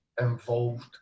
involved